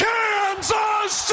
Kansas